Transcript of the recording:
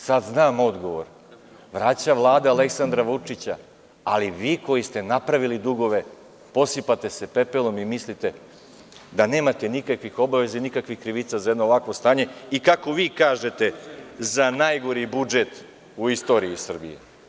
Sad znam odgovor, vraća Vlada Aleksandra Vučića, ali vi koji ste napravili dugove, posipate se pepelom i mislite da nemate nikakvih obaveza i nikakvih krivica za jedno ovakvo stanje i kako vi kažete, za najgori budžet u istoriji Srbije.